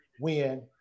win